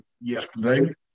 yesterday